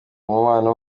umubano